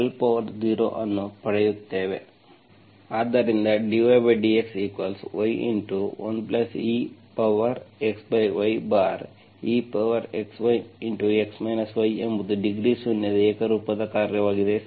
ಆದ್ದರಿಂದ dydxy 1exyexy x y ಎಂಬುದು degree ಶೂನ್ಯದ ಏಕರೂಪದ ಕಾರ್ಯವಾಗಿದೆ